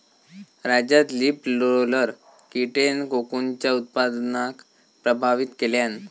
राज्यात leaf roller कीटेन कोकूनच्या उत्पादनाक प्रभावित केल्यान